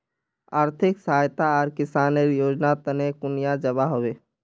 आर्थिक सहायता आर किसानेर योजना तने कुनियाँ जबा होबे?